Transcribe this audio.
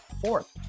fourth